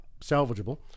salvageable